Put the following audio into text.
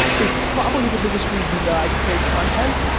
is probably the biggest reason that i create content,